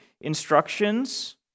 instructions